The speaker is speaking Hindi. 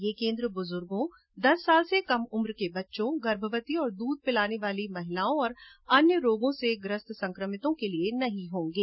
ये केन्द्र ब्रजुर्गों दस साल से कम उम्र के बच्चों गर्भवती और दूध पिलाने वाली महिलाओं और अन्य रोगों से ग्रस्त संक्रमितों के लिए नहीं होंगे